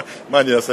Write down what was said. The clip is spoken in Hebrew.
מה אני אעשה?